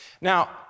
Now